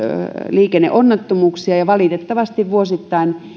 liikenneonnettomuuksia ja valitettavasti vuosittain